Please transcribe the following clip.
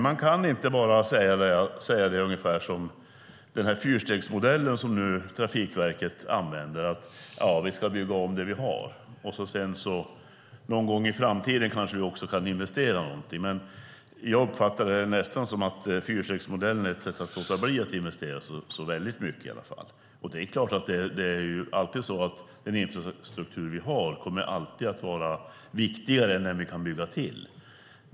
Man kan inte bara prata om den här fyrstegsmodellen som Trafikverket använder, att vi ska bygga om det vi har och någon gång i framtiden kanske vi också kan investera någonting. Jag uppfattar det nästan som att fyrstegsmodellen är ett sätt att låta bli att investera, så väldigt mycket i alla fall. Det är klart att det alltid är så att den infrastruktur vi har kommer att vara viktigare än den vi kan bygga till.